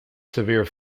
severe